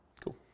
Cool